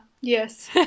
yes